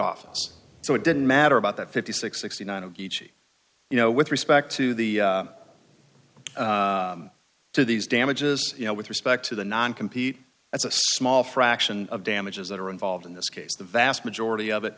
office so it didn't matter about that fifty six sixty nine of each you know with respect to the to these damages you know with respect to the non compete it's a small fraction of damages that are involved in this case the vast majority of it